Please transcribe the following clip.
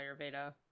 ayurveda